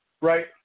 right